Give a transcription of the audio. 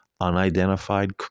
unidentified